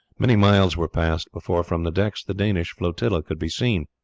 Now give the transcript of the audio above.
many miles were passed before, from the decks, the danish flotilla could be seen.